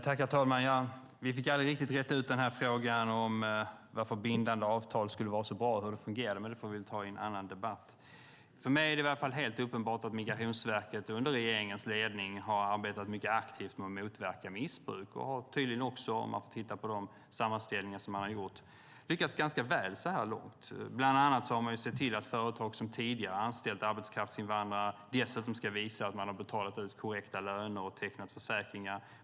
Herr talman! Vi fick aldrig riktigt räta ut frågan om varför bindande avtal skulle vara så bra och hur det fungerar. Men det får vi ta upp i en annan debatt. För mig är det i alla fall helt uppenbart att Migrationsverket under regeringens ledning har arbetat mycket aktivt med att motverka missbruk och har tydligen också, om man tittar på de sammanställningar som har gjorts, lyckats ganska väl så här långt. Bland annat har man sett till att företag som tidigare anställde arbetskraftsinvandrare dessutom ska visa att de har betalat ut korrekta löner och tecknat försäkringar.